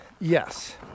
yes